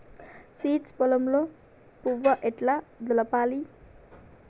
Seeds పొలంలో పువ్వు ఎట్లా దులపాలి?